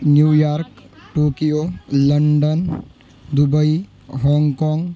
New York Tokyo London Dubai hong-kong